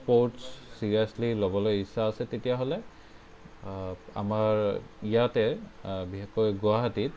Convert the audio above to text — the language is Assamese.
স্পৰ্টচ চিৰিয়াছলী ল'বলৈ ইচ্ছা আছে তেতিয়াহ'লে আমাৰ ইয়াতে বিশেষকৈ গুৱাহাটীত